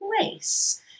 place